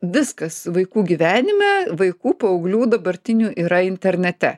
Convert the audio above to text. viskas vaikų gyvenime vaikų paauglių dabartinių yra internete